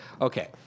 Okay